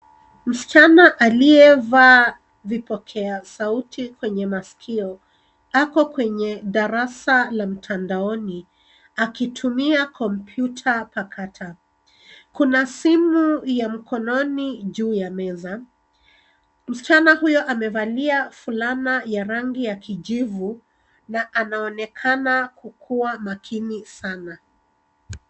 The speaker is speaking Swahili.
Msichana aliyevaa vipokea sauti kwenye masikio ako kwenye darasa la mtandaoni akitumia kompyuta pakata. Kuna simu ya mkononi juu ya meza. Msichana huyo amevalia fulana ya rangi ya kijivu na anaonekana kuwa makini sana.